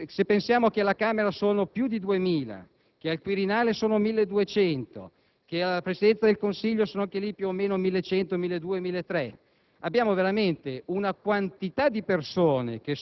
Quindi, 1.100 dipendenti cominciano ad essere veramente tanti. Se pensiamo che alla Camera sono più di 2.000, che al Quirinale sono circa 1.200 e che alla Presidenza del Consiglio sono anche lì, più o meno, 1.100-1.300